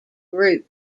group